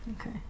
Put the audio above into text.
Okay